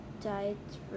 diets